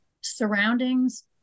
surroundings